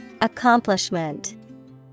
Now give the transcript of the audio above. Accomplishment